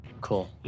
Cool